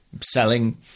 Selling